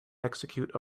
execute